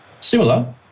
similar